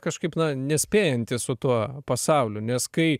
kažkaip na nespėjantis su tuo pasauliu nes kai